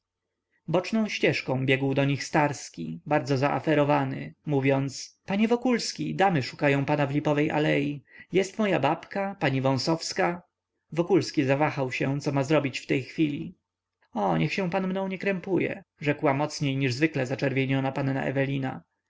boczną ścieżką biegł do nich starski bardzo zaaferowany mówiąc panie wokulski damy szukają pana w lipowej alei jest moja babka pani wąsowska wokulski zawahał się co ma zrobić w tej chwili o niech się pan mną nie krępuje rzekła mocniej niż zwykle zaczerwieniona panna ewelina